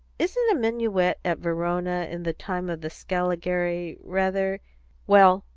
isn't a minuet at verona in the time of the scaligeri rather well,